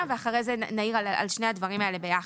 ואחרי זה נעיר על שני הדברים האלה ביחד.